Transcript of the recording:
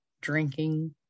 drinking